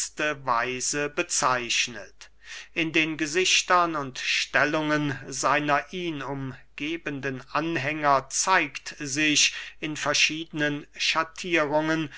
weise bezeichnet in den gesichtern und stellungen seiner ihn umgebenden anhänger zeigt sich in verschiedenen schattierungen